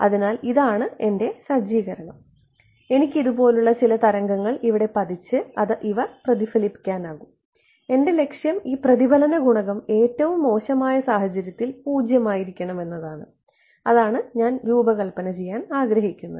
അതിനാൽ ഇതാണ് അതിൻറെ സജ്ജീകരണം എനിക്ക് ഇതുപോലുള്ള ചില തരംഗങ്ങൾ ഇവിടെ പതിച്ച് അവ ഇവിടെ പ്രതിഫലിക്കുന്നു എന്റെ ലക്ഷ്യം ഈ പ്രതിഫലന ഗുണകം ഏറ്റവും മോശമായ സാഹചര്യത്തിൽ 0 ആയിരിക്കണം എന്നതാണ് അതാണ് ഞാൻ രൂപകൽപ്പന ചെയ്യാൻ ആഗ്രഹിക്കുന്നത്